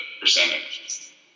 percentage